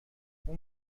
اون